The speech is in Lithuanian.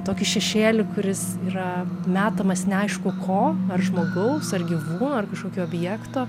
tokį šešėlį kuris yra metamas neaišku ko ar žmogaus ar gyvūno ar kažkokio objekto